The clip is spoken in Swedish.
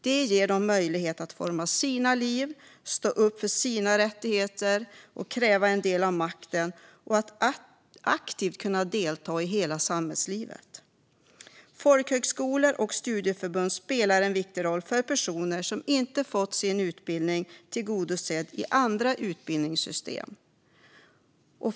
Det ger människor möjlighet att forma sina liv, stå upp för sina rättigheter och kräva en del av makten och att aktivt kunna delta i hela samhällslivet. Folkhögskolor och studieförbund spelar en viktig roll för personer som inte fått sin utbildning tillgodosedd i andra utbildningssystem.